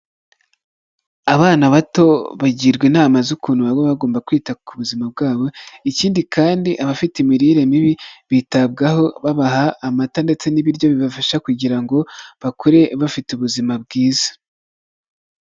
Abana bato bagirwa inama z'ukuntu baba bagomba kwita ku buzima bwabo, ikindi kandi abafite imirire mibi bitabwaho babaha amata ndetse n'ibiryo bibafasha kugira ngo bakure bafite ubuzima bwiza.